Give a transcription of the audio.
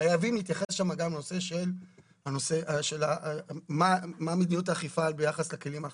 חייבים להתייחס שם גם לנושא של מה מדיניות האכיפה ביחס לכלים האחרים.